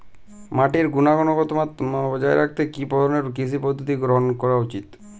মাটির গুনগতমান বজায় রাখতে কি ধরনের কৃষি পদ্ধতি গ্রহন করা উচিৎ?